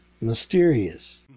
mysterious